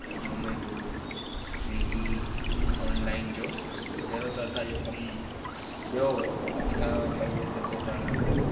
इहे जॉमेटो स्विगी ऑनलाइन जो पहिरियों त असांजो कमु ॿियो हुयो अॼ खां पंज सत साल अॻु